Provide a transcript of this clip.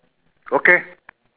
okay